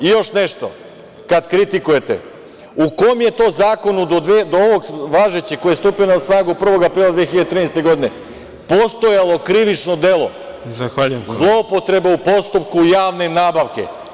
Još nešto, kad kritikujete, u kom je to zakonu do ovog važećeg koji je stupio 1. aprila 2013. godine, postojalo krivično delo zloupotreba u postupku javne nabavke?